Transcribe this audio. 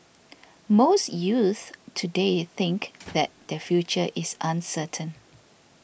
most youths today think that their future is uncertain